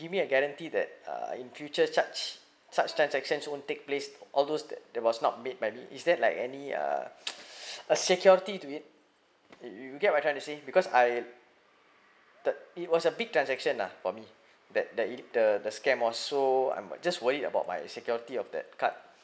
give me a guarantee that uh in future such such transaction won't take placed all those that it was not made by me is there like any uh a security to it you you get what I trying to say because I the it was a big transaction ah for me that the it the the scam was so I'm just worry about my security of that card